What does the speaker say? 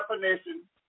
definition